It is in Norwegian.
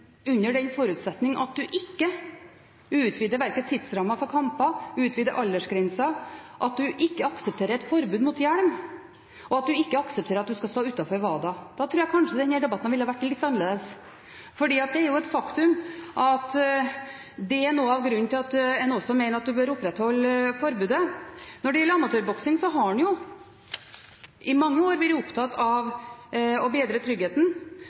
under den forutsetning at en ikke utvider verken tidsrammen for kamper eller aldersgrenser, at en ikke aksepterer et forbud mot hjelm, og at en ikke aksepterer at en skal stå utenfor WADA. Da tror jeg kanskje denne debatten hadde vært litt annerledes. Det er et faktum at det er noe av grunnen til at en mener at forbudet bør opprettholdes. Når det gjelder amatørboksing, har en i mange år vært opptatt av å bedre tryggheten.